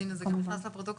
אז הנה, זה גם נכנס לפרוטוקול.